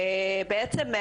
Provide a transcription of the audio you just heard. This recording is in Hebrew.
בעצם,